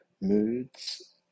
moods